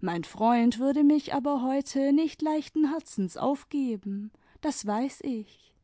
mein freund würde mich aber heute nicht leichten herzens aufgeben das weiß ich